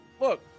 Look